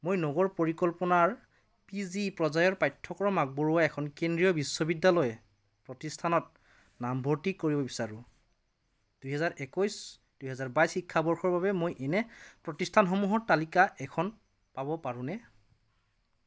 মই নগৰ পৰিকল্পনাৰ পি জি পৰ্যায়ৰ পাঠ্যক্ৰম আগবঢ়োৱা এখন কেন্দ্ৰীয় বিশ্ববিদ্যালয় প্ৰতিষ্ঠানত নামভৰ্তি কৰিব বিচাৰোঁ দুইহেজাৰ একৈছ দুইহেজাৰ বাইছ শিক্ষাবৰ্ষৰ বাবে মই এনে প্ৰতিষ্ঠানসমূহৰ তালিকা এখন পাব পাৰোঁনে